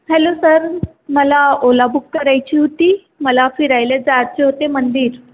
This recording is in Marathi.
हॅलो सर मला ओला बुक करायची हुती मला फिरायला जाचे होते मंदिर